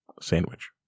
sandwich